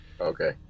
Okay